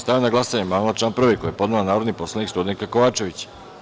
Stavljam na glasanje amandman na član 2. koji je podnela narodni poslanik Studenka Kovačević.